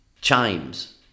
chimes